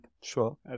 Sure